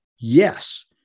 Yes